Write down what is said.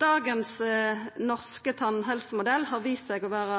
Dagens norske tannhelsemodell har vist seg å vera